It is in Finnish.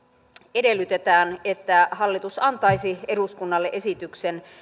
edellytetään että hallitus antaisi eduskunnalle esityksen